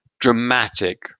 dramatic